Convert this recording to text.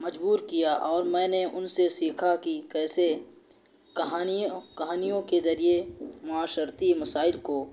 مجبور کیا اور میں نے ان سے سیکھا کہ کیسے کہانی کہانیوں کے ذریعے معاشرتی مسائل کو